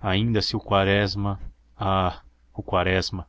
ainda se o quaresma ah o quaresma